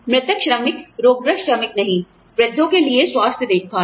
मृतक श्रमिक रोगग्रस्त श्रमिक नहीं वृद्धों के लिए स्वास्थ्य देखभाल